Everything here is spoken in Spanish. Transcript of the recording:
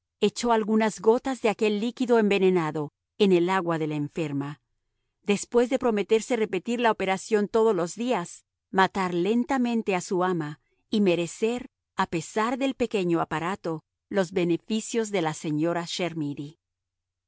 echó algunas gotas de aquel líquido envenenado en el agua de la enferma después de prometerse repetir las operación todos los días matar lentamente a su ama y merecer a pesar del pequeño aparato los beneficios de la señora